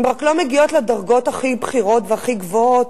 הן רק לא מגיעות לדרגות הכי בכירות והכי גבוהות,